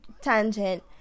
tangent